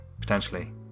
potentially